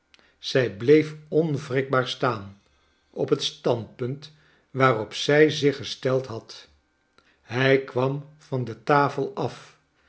zij bleef onwrikbaar staan op het standpunt waarop zij zich gesteld had hi kwam van de tafel af